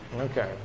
Okay